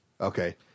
Okay